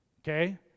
okay